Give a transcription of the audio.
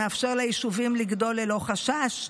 שמאפשר ליישובים לגדול ללא חשש,